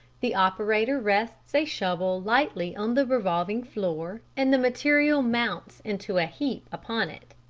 the operator rests a shovel lightly on the revolving floor, and the material mounts into a heap upon it.